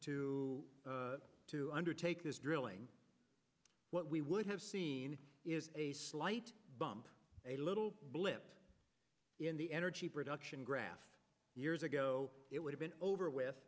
to to undertake this drilling what we would have seen slight bump a little blip in the energy production graph years ago it would have been over with